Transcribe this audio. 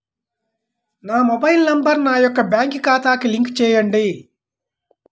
నా mobile number నా యొక్క బ్యాంక్ ఖాతాకి లింక్ చేయండీ?